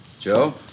Joe